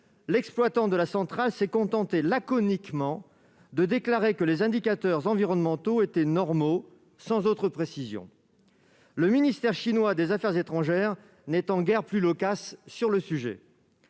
l'exploitant de la centrale s'est contenté laconiquement de déclarer que les indicateurs environnementaux étaient « normaux », sans autre précision. Le ministère chinois des affaires étrangères n'est guère plus loquace sur le sujet.